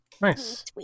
Nice